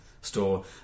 store